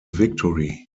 victory